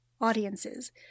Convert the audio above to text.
audiences